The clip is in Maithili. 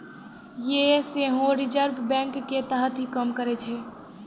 यें सेहो रिजर्व बैंको के तहत ही काम करै छै